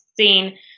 seen